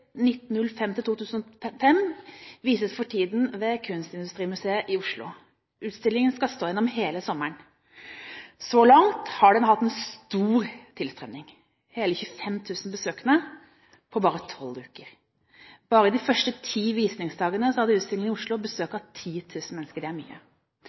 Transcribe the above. vises for tiden ved Kunstindustrimuseet i Oslo. Utstillingen skal stå gjennom hele sommeren. Så langt har den hatt en stor tilstrømning – hele 25 000 besøkende på bare tolv uker. Bare de første ti visningsdagene hadde utstillingen i Oslo besøk av 10 000 mennesker. Det er mye.